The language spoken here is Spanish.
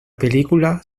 película